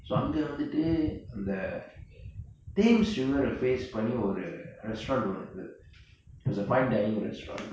அங்க வந்துட்டு அந்த:anga vanthuttu antha thames river face பன்னிட்டு ஒறு:pannittu oru restaurant இருந்தது:irunthathu it was a fine dining restaurant